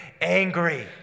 angry